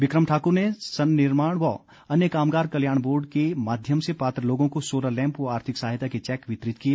बिक्रम ठाकुर ने सन्निर्माण व अन्य कामगार कल्याण बोर्ड के माध्यम से पात्र लोगों को सोलर लैम्प व आर्थिक सहायता के चैक वितरित किए